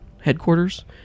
headquarters